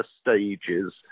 stages